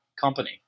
company